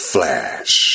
Flash